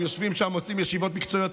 הם יושבים שם, עושים ישיבות מקצועיות.